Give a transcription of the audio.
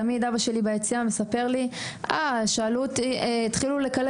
תמיד אבא שלי ביציע מספר לי שהתחילו לקלל